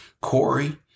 Corey